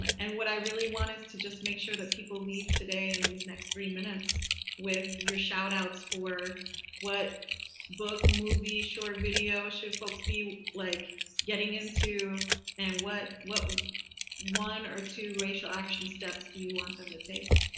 and what i really want is to just make sure that people leave today, in these next three minutes with your shout outs for what book, movie, short video should folks be like getting into and what what one or two racial action steps do you want them to take?